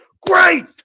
Great